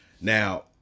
Now